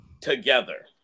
together